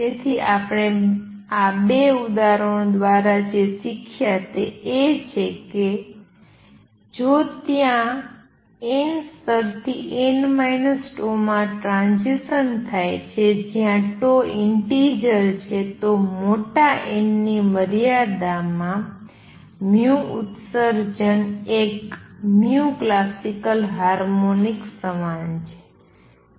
તેથી આપણે આ 2 ઉદાહરણો દ્વારા જે શીખ્યા તે એ છે કે જો ત્યાં n સ્તરથી n τ માં ટ્રાંઝીસન થાય છે જ્યાં ઇંટિજર છે તો મોટા n ની મર્યાદામાં ઉત્સર્જન એક classical હાર્મોનિક સમાન છે